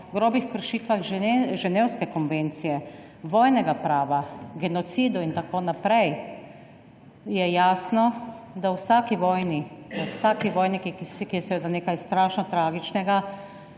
o grobih kršitvah Ženevske konvencije, vojnega prava, genocidu in tako naprej, je jasno, da se v vsaki vojni, ki je nekaj strašno tragičnega,